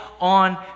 on